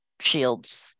shields